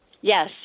Yes